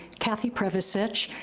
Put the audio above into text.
cathy prevasic,